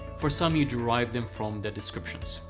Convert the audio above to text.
for some you derive them from the descriptions,